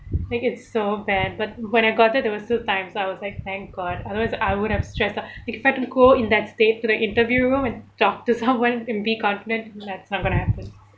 like it's so bad but when I got there there was still time so I was like thank god otherwise I would have stressed out like if I had to go in that state to the interview room and talk to someone and be confident that's not going to happen